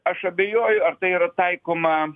aš abejoju ar tai yra taikoma